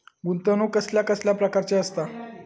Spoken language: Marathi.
गुंतवणूक कसल्या कसल्या प्रकाराची असता?